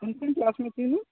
कोनो कोन क्लासमे अय तीनू